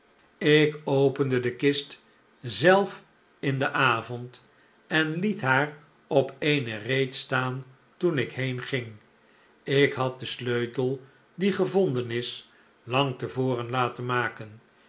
ik opende de kist zelf in den avond en liet haar op eene reet staan toen ik heenging ik had den sleutel die gevonden is lang te voren laten maken